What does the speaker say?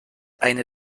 eine